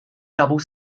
double